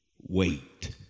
wait